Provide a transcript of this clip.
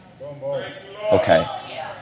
Okay